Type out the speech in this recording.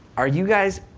are you guys,